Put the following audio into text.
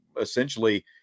essentially